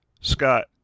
Scott